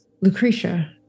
Lucretia